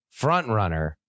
frontrunner